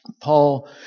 Paul